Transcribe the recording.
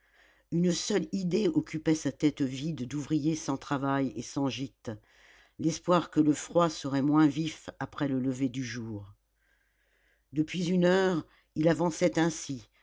une seule idée occupait sa tête vide d'ouvrier sans travail et sans gîte l'espoir que le froid serait moins vif après le lever du jour depuis une heure il avançait ainsi